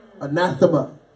anathema